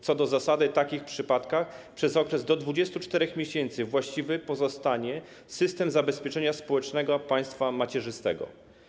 Co do zasady w takich przypadkach przez okres do 24 miesięcy właściwy pozostanie system zabezpieczenia społecznego państwa macierzystego.